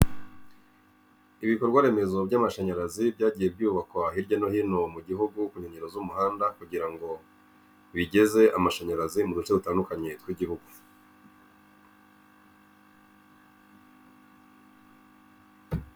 Ibikorwa remezo by'amashanyarazi byagiye byubakwa hirya no hino mu gihugu ku nkengero z'umuhanda kugira ngo bigeze amashanyarazi muduce dutandukanye tw'igihugu.